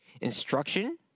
Instruction